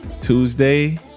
Tuesday